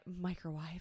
microwave